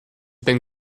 been